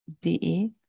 de